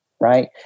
right